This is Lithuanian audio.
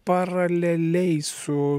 paraleliai su